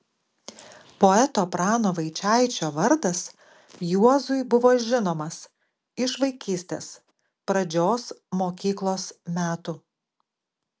poeto prano vaičaičio vardas juozui buvo žinomas iš vaikystės pradžios mokyklos metų